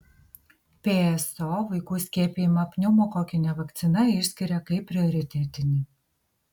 pso vaikų skiepijimą pneumokokine vakcina išskiria kaip prioritetinį